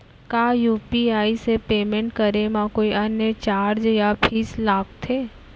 का यू.पी.आई से पेमेंट करे म कोई अन्य चार्ज या फीस लागथे?